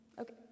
Okay